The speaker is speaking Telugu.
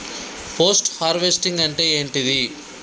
పోస్ట్ హార్వెస్టింగ్ అంటే ఏంటిది?